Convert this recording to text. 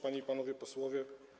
Panie i Panowie Posłowie!